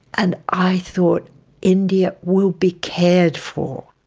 and i thought india will be cared for.